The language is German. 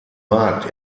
markt